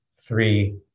three